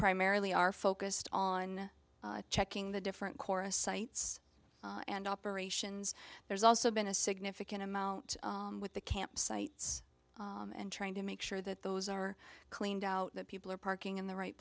primarily are focused on checking the different chorus sites and operations there's also been a significant amount with the campsites and trying to make sure that those are cleaned out that people are parking in the right